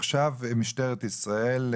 עכשיו משטרת ישראל,